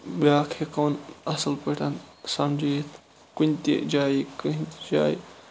بیٛاکھ ہیٚکون اَصٕل پٲٹھۍ سَمجٲوِتھ کُنہِ تہِ جایہِ کٔہیٖنٛۍ تہِ جایہِ